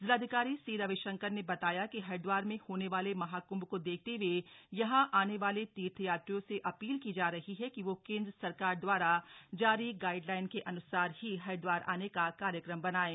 जिलाधिकारी सी रविशंकर ने बताया कि हरिदवार में होने वाले महाकृंभ को देखते हए यहां आने वाले तीर्थयात्रियों से अपील की जा रही है कि वह केंद्र सरकार द्वारा जारी गाइडलाइन के अनुसार ही हरिद्वार आने का कार्यक्रम बनाएं